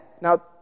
now